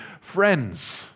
friends